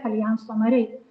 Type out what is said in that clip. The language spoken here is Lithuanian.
aljanso nariai